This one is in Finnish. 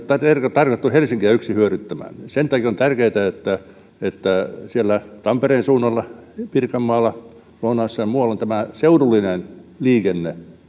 tarkoitettu helsinkiä yksin hyödyttämään sen takia on tärkeätä että että siellä tampereen suunnalla pirkanmaalla lounaassa ja muualla tämä seudullinen liikenne